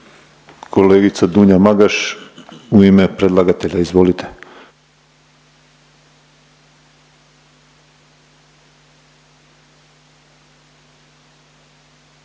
kolegica Dunja Magaš u ime predlagatelja, izvolite.